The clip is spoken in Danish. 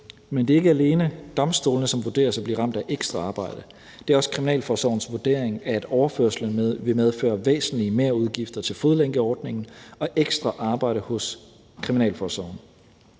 Men det er ikke alene domstolene, som vurderes at blive ramt af ekstra arbejde, det er også kriminalforsorgens vurdering, at overførslen vil medføre væsentlige merudgifter til fodlænkeordningen og ekstra arbejde hos kriminalforsorgen.